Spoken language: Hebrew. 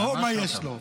אוהו מה יש לו.